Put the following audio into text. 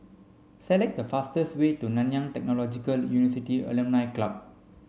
select the fastest way to Nanyang Technological Alumni Club